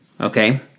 okay